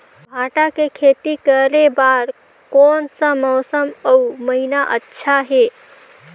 भांटा के खेती करे बार कोन सा मौसम अउ महीना अच्छा हे?